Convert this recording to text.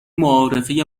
معارفه